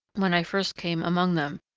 when i first came among them,